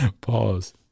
pause